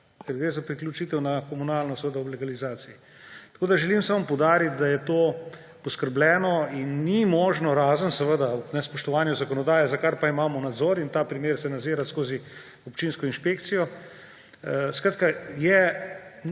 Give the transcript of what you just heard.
ker gre za priključitev na komunalo, seveda ob legalizaciji. Želim samo poudariti, da je to poskrbljeno in ni možno, razen seveda ob nespoštovanju zakonodaje, za kar pa imamo nadzor, in ta primer se nadzira skozi občinsko inšpekcijo, skratka,